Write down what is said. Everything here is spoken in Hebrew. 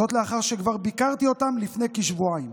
זאת, לאחר שכבר ביקרתי אותם לפני כשבועיים.